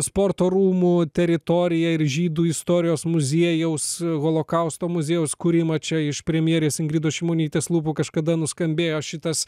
sporto rūmų teritoriją ir žydų istorijos muziejaus holokausto muziejaus kūrimą čia iš premjerės ingridos šimonytės lūpų kažkada nuskambėjo šitas